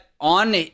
on